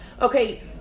okay